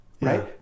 right